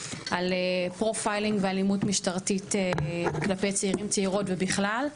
על פרופיילינג ואלימות משטרתית כלפי צעירים/צעירות ובכלל.